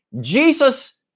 Jesus